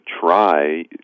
try